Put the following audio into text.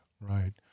right